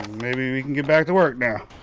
maybe we can get back to work now.